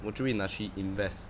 我就会拿去 invest